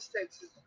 texas